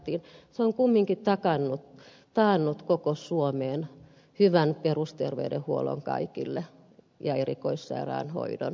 se on kumminkin taannut koko suomeen hyvän perusterveydenhuollon kaikille ja erikoissairaanhoidon